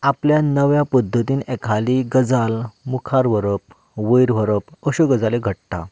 आपल्या नव्या पद्दतीन एखादी गजाल मुखार व्हरप वयर व्हरप अशो गजाली घडटात